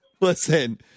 listen